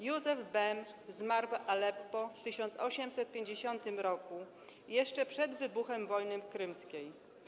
Józef Bem zmarł w Aleppo w 1850 r., jeszcze przed wybuchem wojny krymskiej.